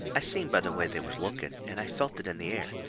i seen by the way they was looking, and i felt it in the air,